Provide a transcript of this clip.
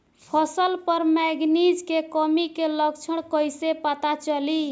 फसल पर मैगनीज के कमी के लक्षण कइसे पता चली?